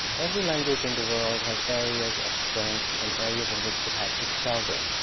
every language in the world has areas of strength and areas in which it has excelled in.